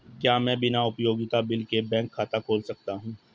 क्या मैं बिना उपयोगिता बिल के बैंक खाता खोल सकता हूँ?